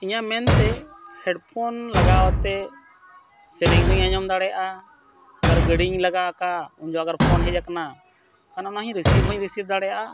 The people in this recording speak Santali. ᱤᱧᱟᱹᱜ ᱢᱮᱱᱛᱮ ᱦᱮᱰᱯᱷᱚᱱ ᱞᱟᱜᱟᱣ ᱟᱛᱮᱫ ᱥᱮᱨᱮᱧ ᱦᱚᱧ ᱟᱸᱡᱚᱢ ᱫᱟᱲᱮᱭᱟᱜᱼᱟ ᱟᱜᱟᱨ ᱜᱟᱹᱰᱤᱧ ᱞᱟᱜᱟᱣ ᱠᱟᱫᱟ ᱩᱱ ᱡᱚᱠᱷᱚᱱ ᱯᱷᱳᱱ ᱦᱮᱡ ᱟᱠᱟᱱᱟ ᱠᱷᱟᱱ ᱚᱱᱟ ᱦᱚᱧ ᱨᱤᱥᱤᱵᱷ ᱦᱚᱧ ᱨᱤᱥᱤᱵᱷ ᱫᱟᱲᱮᱭᱟᱜᱼᱟ